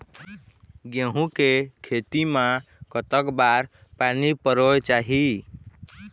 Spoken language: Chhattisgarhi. गेहूं के खेती मा कतक बार पानी परोए चाही?